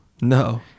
No